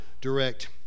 direct